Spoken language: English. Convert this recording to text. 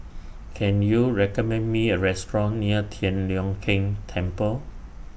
Can YOU recommend Me A Restaurant near Tian Leong Keng Temple